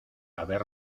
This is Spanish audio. haber